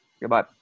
Goodbye